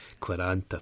quaranta